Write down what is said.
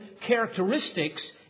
characteristics